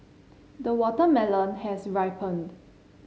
the watermelon has ripened